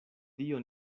dio